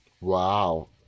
Wow